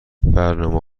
برنامه